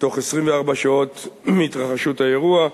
בתוך 24 שעות מהתרחשות האירוע,